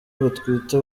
batwite